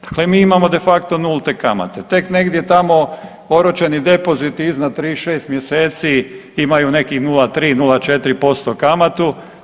Dakle, mi imamo de facto nulte kamate, tek negdje tamo oročeni depoziti iznad 36 mjeseci imaju nekih 0,3-0,4% kamatu.